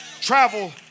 Travel